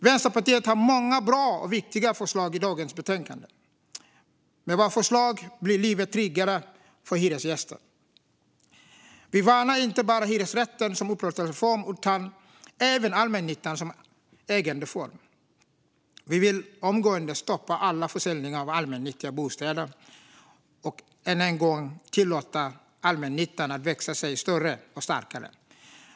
Vänsterpartiet har många bra och viktiga förslag i dagens betänkande. Med våra förslag blir livet tryggare för hyresgäster. Vi värnar inte bara hyresrätten som upplåtelseform utan även allmännyttan som ägandeform. Vi vill omgående stoppa alla försäljningar av allmännyttiga bostäder och än en gång tillåta allmännyttan att växa sig större och starkare.